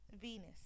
venus